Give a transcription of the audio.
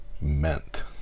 meant